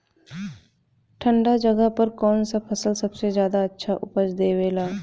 ठंढा जगह पर कौन सा फसल सबसे ज्यादा अच्छा उपज देवेला?